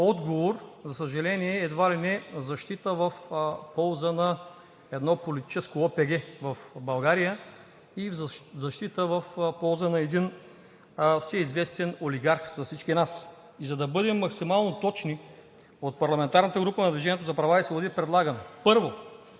отговор, за съжаление, едва ли не в защита в полза на едно политическо ОПГ в България и в защита в полза на един всеизвестен олигарх от всички нас. И за да бъдем максимално точни, от парламентарната група на „Движение за права и свободи“ предлагаме: 1.